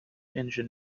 engine